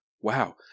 Wow